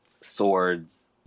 swords